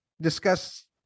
discuss